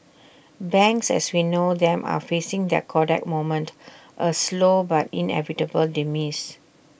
banks as we know them are facing their Kodak moment A slow but inevitable demise